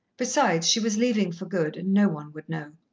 besides, she was leaving for good, and no one would know.